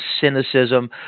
cynicism